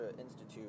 Institute